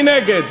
מי נגד?